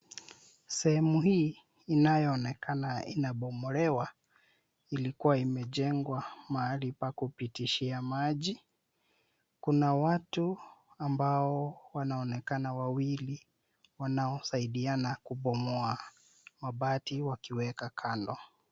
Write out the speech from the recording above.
Sehemu hii inayoonekana inabomolewa, ilikuwa imejengwa mahali pa kupitishia maji. Kuna watu ambao wanaonekana wawili, wanaosaidiana kubomoa mabati wakiweka kando.